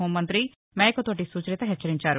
హోంమంగ్రి మేకతోటి సుచరిత హెచ్చరించారు